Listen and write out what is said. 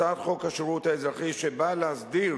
הצעת חוק השירות האזרחי, שבאה להסדיר